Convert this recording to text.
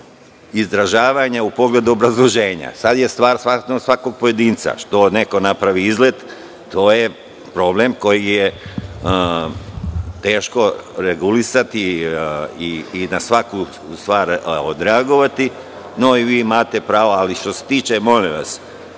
izražavanja u pogledu obrazloženja. Sada je stvar svakog pojedinca. Što neko napravi izlet, to je problem koji je teško regulisati i na svaku stvar odreagovati. Molim vas, nemojte sugerisati